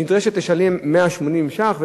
נדרשת לשלם 180 ש"ח.